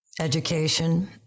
education